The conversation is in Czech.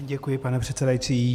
Děkuji, pane předsedající.